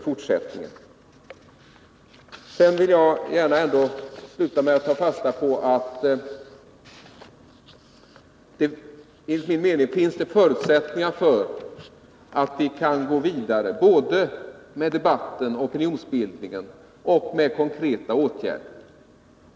Avslutningsvis vill jag ändå ta fasta på att det finns förutsättningar att gå vidare, både med debatten, opinionsbildningen, och med konkreta åtgärder.